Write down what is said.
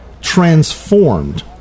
transformed